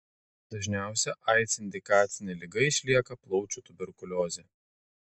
dažniausia aids indikacinė liga išlieka plaučių tuberkuliozė